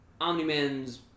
Omni-Man's